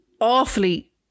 awfully